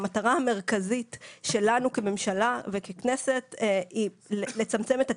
המטרה המרכזית שלנו כממשלה וככנסת היא לצמצם את התלות.